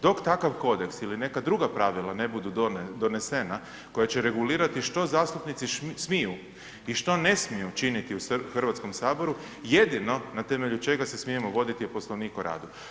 Dok takav kodeks ili neka druga pravila ne budu donesena, koja će regulirati što zastupnici smiju i što ne smiju činiti u HS-u, jedino na temelju čega se smijemo voditi je Poslovnik o radu.